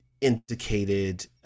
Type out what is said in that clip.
indicated